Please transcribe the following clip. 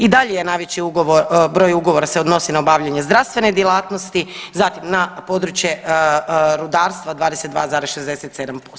I dalje je najveći broj ugovora se odnosi na obavljanje u zdravstvene djelatnosti, zatim na područje rudarstva 22,67%